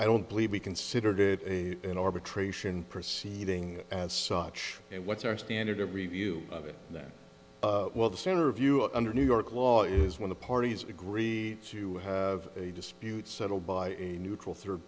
i don't believe we consider it a in arbitration proceeding as such and what's our standard of review of it now well the center of you under new york law is when the parties agree to have a dispute settled by a neutral third